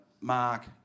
mark